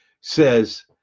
says